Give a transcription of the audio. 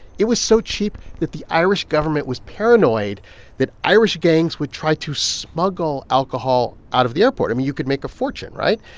it was so cheap that the irish government was paranoid that irish gangs would try to smuggle alcohol out of the airport. i mean, you could make a fortune, right?